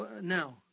Now